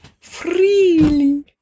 Freely